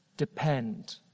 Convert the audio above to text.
Depend